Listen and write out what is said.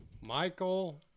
Michael